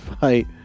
fight